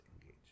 engage